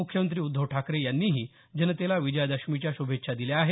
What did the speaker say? मुख्यमंत्री उद्धव ठाकरे यांनीही जनतेला विजयादशमीच्या शुभेच्छा दिल्या आहेत